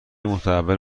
متحول